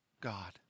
God